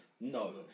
No